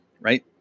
right